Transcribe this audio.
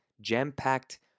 jam-packed